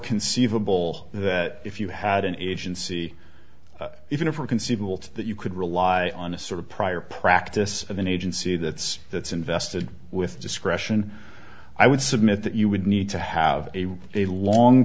conceivable that if you had an agency even for conceivable to that you could rely on a sort of prior practice of an agency that's that's invested with discretion i would submit that you would need to have a long